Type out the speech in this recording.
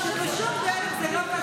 שבשום דרך זה לא קשור לשני,